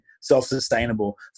self-sustainable